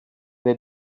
they